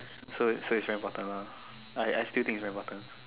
so so it's very important lah I I still think it's very important